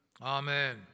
Amen